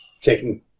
taking